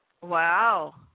Wow